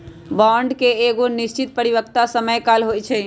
bond के एगो निश्चित परिपक्वता समय काल होइ छइ